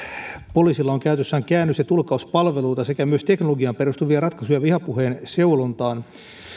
poliisilla on käytössään käännös ja tulkkauspalveluita sekä teknologiaan perustuvia ratkaisuja vihapuheen seulontaan